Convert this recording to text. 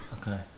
Okay